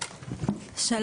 דימא אסעד.